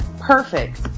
Perfect